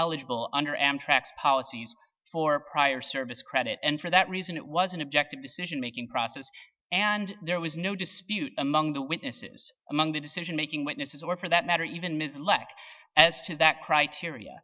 ineligible under amtrak's policies for prior service credit and for that reason it was an objective decision making process and there was no dispute among the witnesses among the decision making witnesses or for that matter even misled as to that criteria